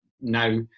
now